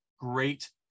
great